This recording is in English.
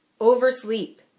Oversleep